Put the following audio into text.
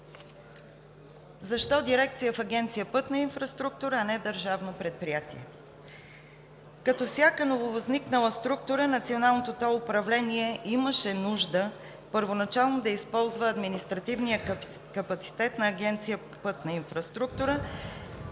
защо дирекция в Агенция „Пътна инфраструктура“, а не държавно предприятие? Като нововъзникнала структура Националното тол управление имаше първоначално нужда да използва административния капацитет на Агенция „Пътна инфраструктура“,